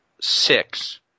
six